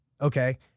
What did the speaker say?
Okay